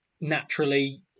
naturally